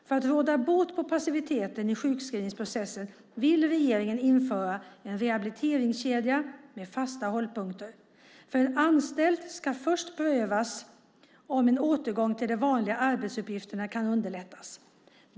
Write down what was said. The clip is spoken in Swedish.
För att råda bot på passiviteten i sjukskrivningsprocessen vill regeringen införa en rehabiliteringskedja med fasta hållpunkter. För en anställd ska först prövas om en återgång till de vanliga arbetsuppgifterna kan underlättas.